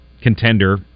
contender